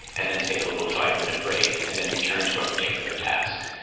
and then take a little five-minute break, and then return to a particular task?